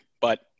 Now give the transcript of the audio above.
but-